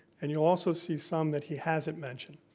and you'll also see some that he hasn't mentioned.